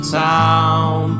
town